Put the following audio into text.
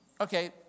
Okay